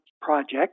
project